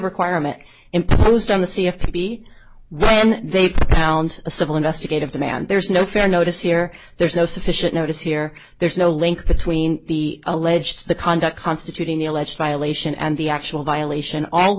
requirement imposed on the c f p when they found a civil investigative demand there's no fair notice here there's no sufficient notice here there is no link between the alleged conduct constituting the alleged violation and the actual violation all